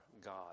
God